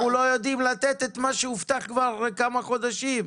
לא יודעים לתת את מה שהובטח לפני כמה חודשים.